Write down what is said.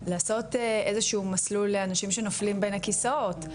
לעשות איזשהו מסלול לאנשים שנופלים בין הכיסאות?